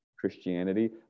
christianity